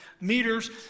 meters